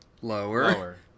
lower